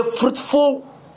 fruitful